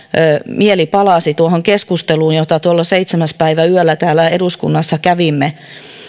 mieli palasi tuohon keskusteluun jota tuolloin seitsemäs päivä yöllä täällä eduskunnassa kävimme